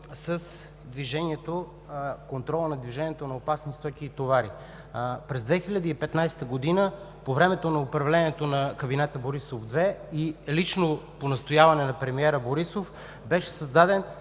с контрола на движението на опасни стоки и товари. През 2015 г., по време на управлението на кабинета Борисов-2 и лично по настояване на премиера Борисов, беше създаден